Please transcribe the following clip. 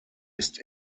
ist